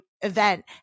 event